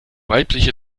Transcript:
weibliche